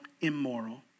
immoral